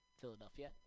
Philadelphia